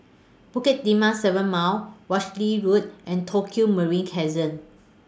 Bukit Timah seven Mile Walshe Road and Tokio Marine